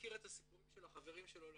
מכיר את הסיפורים של החברים שלו לכיתה,